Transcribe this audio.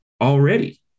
already